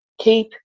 Keep